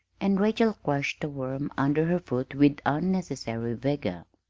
and rachel crushed a worm under her foot with unnecessary vigor.